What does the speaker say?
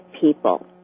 people